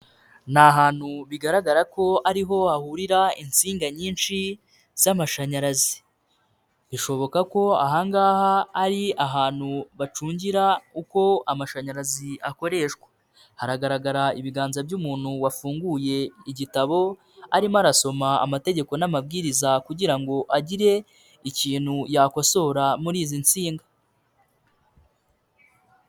Ni ahantu bigaragara ko ariho hahurira insinga nyinshi z'amashanyarazi. Bishoboka ko aha ngaha ari ahantu bacungira uko amashanyarazi akoreshwa. Haragaragara ibiganza by'umuntu wafunguye igitabo arimo arasoma amategeko n'amabwiriza kugira ngo agire ikintu yakosora muri izi nsinga.